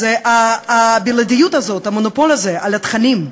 אז הבלעדיות הזאת, המונופול הזה על התכנים,